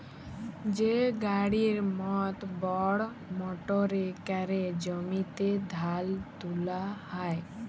যে গাড়ির মত বড় মটরে ক্যরে জমিতে ধাল তুলা হ্যয়